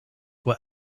what